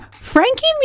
frankie